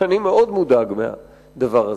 שאני מאוד מודאג מהדבר הזה,